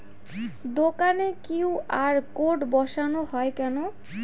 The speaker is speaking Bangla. দোকানে কিউ.আর কোড বসানো হয় কেন?